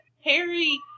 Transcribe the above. Harry